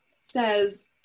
says